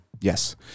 yes